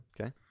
Okay